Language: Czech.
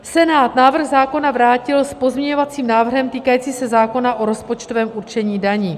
Senát návrh zákona vrátil s pozměňovacím návrhem týkajícím se zákona o rozpočtovém určení daní.